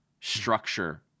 structure